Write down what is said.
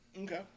Okay